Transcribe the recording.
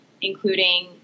including